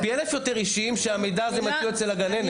דברים פי אלף יותר אישיים והמידע הזה מצוי אצל הגננת.